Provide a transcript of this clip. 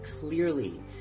clearly